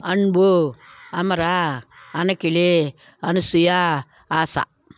Anbu Amara Anikili Anasuya Asha